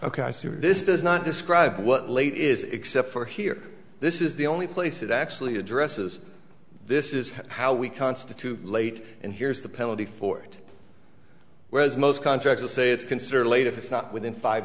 see this does not describe what late is except for here this is the only place it actually addresses this is how we constitute late and here's the penalty for it whereas most contracts will say it's concerned later if it's not within five